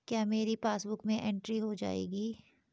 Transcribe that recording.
क्या मेरी पासबुक में एंट्री हो जाएगी?